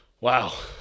Wow